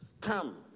Come